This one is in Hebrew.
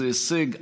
זה הישג אדיר,